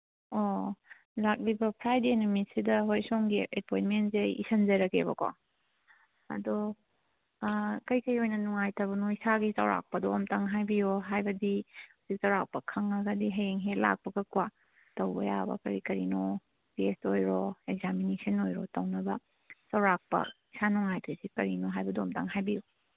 ꯑꯣ ꯂꯥꯛꯂꯤꯕ ꯐ꯭ꯔꯥꯏꯗꯦ ꯅꯨꯃꯤꯠꯁꯤꯗ ꯍꯣꯏ ꯁꯣꯝꯒꯤ ꯑꯦꯄꯣꯏꯟꯃꯦꯟꯁꯦ ꯏꯁꯟꯖꯔꯒꯦꯕꯀꯣ ꯑꯗꯣ ꯀꯔꯤ ꯀꯔꯤ ꯑꯣꯏꯅ ꯅꯨꯡꯉꯥꯏꯇꯕꯅꯣ ꯏꯁꯥꯒꯤ ꯆꯥꯎꯔꯥꯛꯄꯗꯣ ꯑꯃꯨꯛꯇꯪ ꯍꯥꯏꯕꯤꯌꯨ ꯍꯥꯏꯕꯗꯤ ꯍꯧꯖꯤꯛ ꯆꯥꯎꯔꯥꯛꯄ ꯈꯪꯉꯒꯗꯤ ꯍꯌꯦꯡ ꯍꯦꯛ ꯂꯥꯛꯄꯒꯀꯣ ꯇꯧꯕ ꯌꯥꯕ ꯀꯔꯤ ꯀꯔꯤꯅꯣ ꯇꯦꯁ ꯑꯣꯏꯔꯣ ꯑꯦꯛꯖꯥꯃꯤꯅꯦꯁꯟ ꯑꯣꯏꯔꯣ ꯇꯧꯅꯕ ꯆꯥꯎꯔꯥꯛꯄ ꯏꯁꯥ ꯅꯨꯡꯉꯥꯏꯇ꯭ꯔꯤꯁꯦ ꯀꯔꯤꯅꯣ ꯍꯥꯏꯕꯗꯣ ꯑꯃꯨꯛꯇꯪ ꯍꯥꯏꯕꯤꯌꯨ